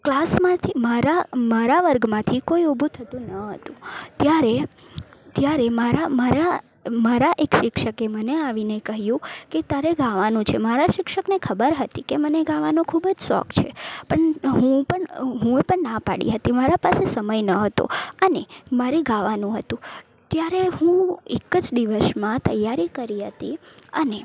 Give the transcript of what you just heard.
ક્લાસમાંથી મારા મારા વર્ગમાંથી કોઈ ઊભું થતું ન હતું ત્યારે મારા ત્યારે મારા એક શિક્ષકે મને આવીને કહ્યું કે તારે ગાવાનું છે મારા શિક્ષકને ખબર હતી કે મને ગાવાનો ખૂબ જ શોખ છે પણ હું પણ હું પણ ના પાડી હતી મારા પાસે સમય ન હતો અને મારે ગાવાનું હતું ત્યારે હું એક જ દિવસમાં તૈયારી કરી હતી અને